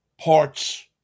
parts